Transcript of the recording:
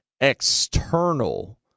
external